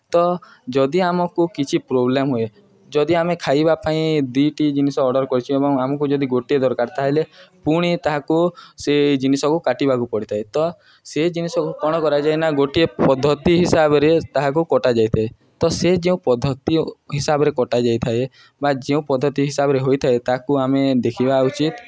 ତ ଯଦି ଆମକୁ କିଛି ପ୍ରୋବ୍ଲେମ୍ ହୁଏ ଯଦି ଆମେ ଖାଇବା ପାଇଁ ଦିଟି ଜିନିଷ ଅର୍ଡ଼ର୍ କରିଛୁ ଏବଂ ଆମକୁ ଯଦି ଗୋଟିଏ ଦରକାର ତା'ହେଲେ ପୁଣି ତାହାକୁ ସେ ଜିନିଷକୁ କାଟିବାକୁ ପଡ଼ିଥାଏ ତ ସେ ଜିନିଷକୁ କ'ଣ କରାଯାଏ ନା ଗୋଟିଏ ପଦ୍ଧତି ହିସାବରେ ତାହାକୁ କଟାଯାଇଥାଏ ତ ସେ ଯେଉଁ ପଦ୍ଧତି ହିସାବରେ କଟାଯାଇଥାଏ ବା ଯେଉଁ ପଦ୍ଧତି ହିସାବରେ ହୋଇଥାଏ ତାହାକୁ ଆମେ ଦେଖିବା ଉଚିତ୍